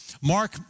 Mark